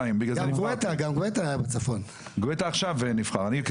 אני רוצה להשלים.